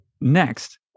next